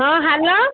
ହଁ ହ୍ୟାଲୋ